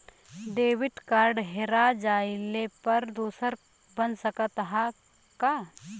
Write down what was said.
Debit card हेरा जइले पर दूसर बन सकत ह का?